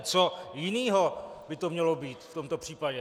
Co jiného by to mělo být v tomto případě?